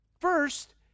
First